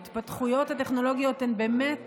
ההתפתחויות הטכנולוגיות הן באמת